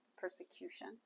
persecution